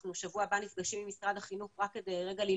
אנחנו בשבוע הבא נפגשים עם משרד החינוך רק ללמוד